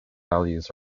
values